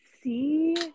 see